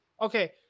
okay